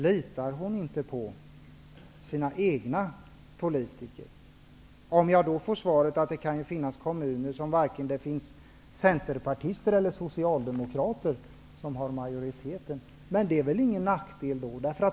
Litar hon inte på sina egna politiker? Kanske får jag svaret att det kan finnas kommuner där varken centerpartister eller socialdemokrater har majoriteten. Men det är väl ingen nackdel.